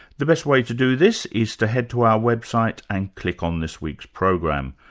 the best way to do this is to head to our website and click on this week's program.